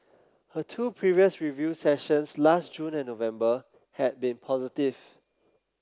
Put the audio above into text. her two previous review sessions last June and November had been positive